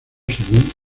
según